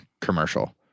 commercial